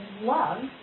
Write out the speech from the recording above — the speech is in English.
love